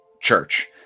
church